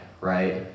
right